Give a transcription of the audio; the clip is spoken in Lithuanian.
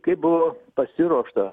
kaip buvo pasiruošta